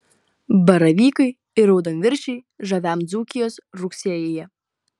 baravykai ir raudonviršiai žaviam dzūkijos rugsėjyje